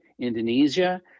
Indonesia